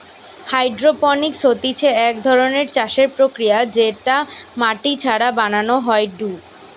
hydroponics হতিছে এক ধরণের চাষের প্রক্রিয়া যেটা মাটি ছাড়া বানানো হয়ঢু